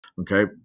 okay